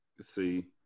See